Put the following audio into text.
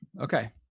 Okay